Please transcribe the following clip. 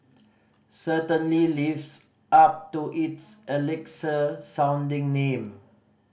certainly lives up to its elixir sounding name